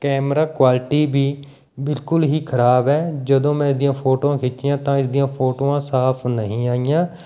camera quality ਵੀ ਬਿਲਕੁਲ ਹੀ ਖ਼ਰਾਬ ਹੈ ਜਦੋਂ ਮੈਂ ਇਸਦੀਆਂ ਫੋਟੋਆਂ ਖਿੱਚੀਆਂ ਤਾਂ ਇਸਦੀਆਂ ਫੋਟੋਆਂ ਸਾਫ਼ ਨਹੀਂ ਆਈਆਂ